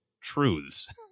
truths